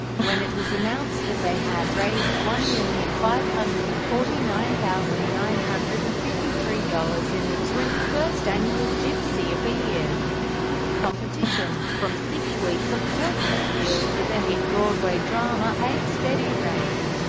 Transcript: when it was announced that they had raised one million five hundred and forty nine thousand nine hundred and fifty three dollars in the twenty first annual gypsy of the year competition, from six weeks of curtain appeals at their hit broadway drama, a steady rain.